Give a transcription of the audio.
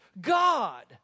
God